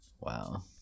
Wow